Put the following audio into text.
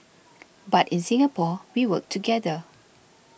but in Singapore we work together